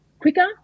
quicker